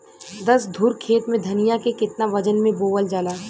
दस धुर खेत में धनिया के केतना वजन मे बोवल जाला?